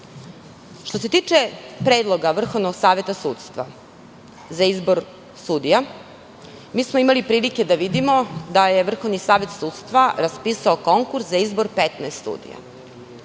SNS.Što se tiče predloga Vrhovnog saveta sudstva za izbor sudija, imali smo prilike da vidimo da je Vrhovni savet sudstva raspisao konkurs za izbor 15 studija.